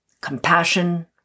compassion